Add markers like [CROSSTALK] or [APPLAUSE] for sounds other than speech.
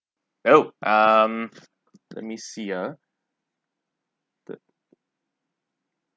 oh um let me see ah [NOISE]